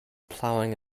plowing